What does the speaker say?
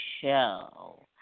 show